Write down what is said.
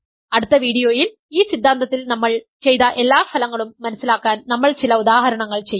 അടുത്ത വീഡിയോയിൽ ഈ സിദ്ധാന്തത്തിൽ നമ്മൾ ചെയ്ത എല്ലാ ഫലങ്ങളും മനസിലാക്കാൻ നമ്മൾ ചില ഉദാഹരണങ്ങൾ ചെയ്യും